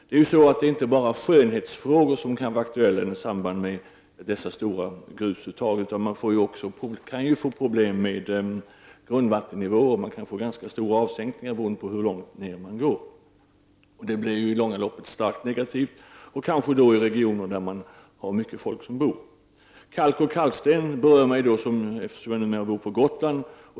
Det är inte bara skönhetsfrågor som kan vara aktuella i samband med så stora uttag av grus — man kan få problem med grundvattennivån; man kan få ganska stora avsänkningar beroende på hur långt ned man går. Det blir i det långa loppet starkt negativt i regioner där mycket folk bor. Användningen av kalk och kalksten berör mig också, eftersom jag numera bor på Gotland.